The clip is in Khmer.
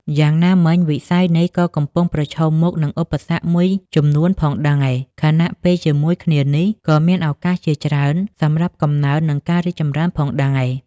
យ៉ាងណាមិញ វិស័យនេះក៏កំពុងប្រឈមមុខនឹងឧបសគ្គមួយចំនួនផងដែរ ខណៈពេលជាមួយគ្នានេះក៏មានឱកាសជាច្រើនសម្រាប់កំណើន និងការរីកចម្រើនផងដែរ ។